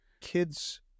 kids